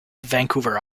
vancouver